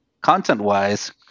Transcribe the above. content-wise